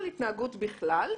מדברים על התנהגות בכלל.